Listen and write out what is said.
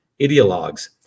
ideologues